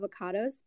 avocados